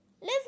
live